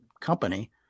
company